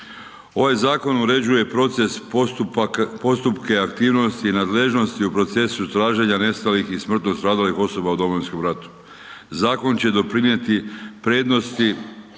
Ovaj zakon uređuje proces postupka aktivnosti i nadležnosti u procesu traženja nestalih i smrtno stradalih osoba u Domovinskom ratu. Zakon će doprinijeti prednosti